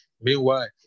Meanwhile